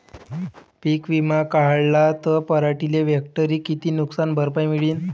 पीक विमा काढला त पराटीले हेक्टरी किती नुकसान भरपाई मिळीनं?